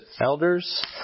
elders